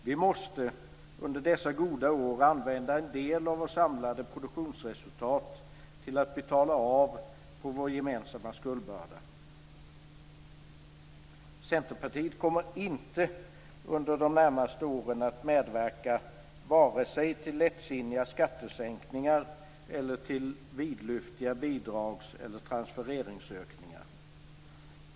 Vi måste under dessa goda år använda en del av vårt samlade produktionsresultat till att betala av på vår gemensamma skuldbörda. Centerpartiet kommer inte under de närmaste åren att medverka vare sig till lättsinniga skattesänkningar eller till vidlyftiga bidrags eller transfereringsökningar.